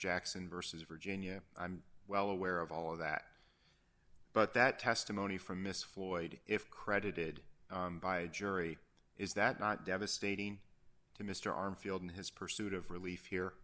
jackson versus virginia i'm well aware of all of that but that testimony from miss floyd if credited by a jury is that not devastating to mr armfield in his pursuit of relief here